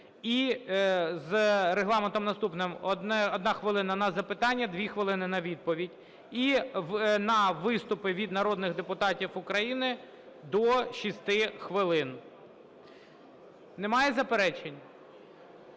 з регламентом наступним: 1 хвилина – на запитання, 2 хвилини – на відповідь. І на виступи від народних депутатів України – до 6 хвилин. Немає заперечень?